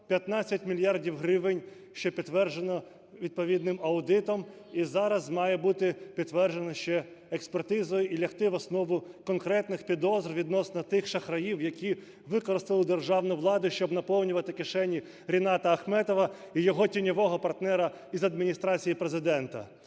15 мільярдів гривень, що підтверджено відповідним аудитом, і зараз має бути підтверджено ще експертизою, і лягти в основу конкретних підозр відносно тих шахраїв, які використали державну владу, щоб наповнювати кишені Рината Ахметова і його тіньового партнера з Адміністрації Президента.